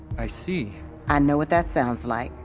i see i know what that sounds like,